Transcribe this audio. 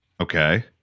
Okay